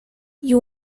you